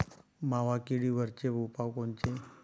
मावा किडीवरचे उपाव कोनचे?